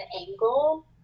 angle